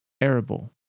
arable